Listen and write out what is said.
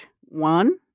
one